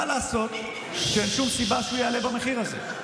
מה לעשות שאין שום סיבה שהוא יעלה במחיר הזה.